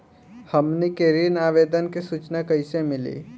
हमनी के ऋण आवेदन के सूचना कैसे मिली?